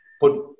put